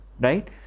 right